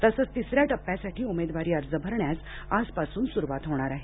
तसंच तिसऱ्या टप्प्यासाठी उमेदवारी अर्ज भरण्यास आजपासून सुरुवात होणार आहे